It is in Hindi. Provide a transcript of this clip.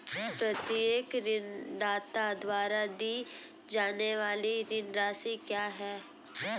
प्रत्येक ऋणदाता द्वारा दी जाने वाली ऋण राशि क्या है?